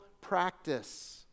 practice